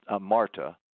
Marta